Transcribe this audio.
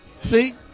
See